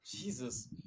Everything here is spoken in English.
Jesus